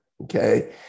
okay